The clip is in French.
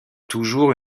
toujours